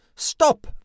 Stop